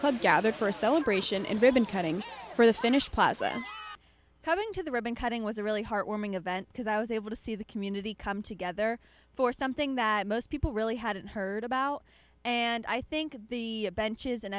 club gathered for a celebration and they've been cutting for the finish plus i'm coming to the ribbon cutting was a really heartwarming event because i was able to see the community come together for something that most people really hadn't heard about and i think the benches and